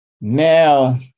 Now